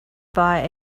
buy